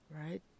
right